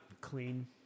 Clean